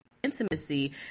intimacy